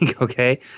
okay